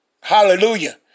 Hallelujah